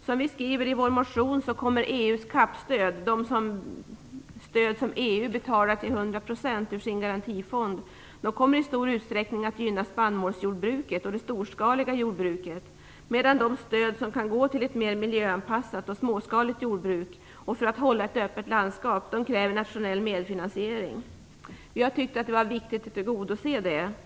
Som vi skriver i vår motion, kommer EU:s CAP-stöd, dvs. de stöd som EU till 100 % betalar ur sin garantifond, att i stor utsträckning gynna spannmålsjordbruket och det storskaliga jordbruket, medan de stöd som kan gå till ett mer miljöanpassat och småskaligt jordbruk och för att hålla ett öppet landskap kräver nationell medfinansiering. Vi har tyckt att det är viktigt att tillgodose det.